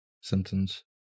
symptoms